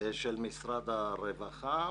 מסמך של משרד הרווחה,